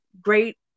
great